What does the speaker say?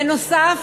בנוסף,